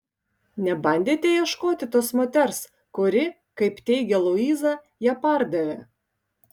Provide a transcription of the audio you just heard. nebandėte ieškoti tos moters kuri kaip teigia luiza ją pardavė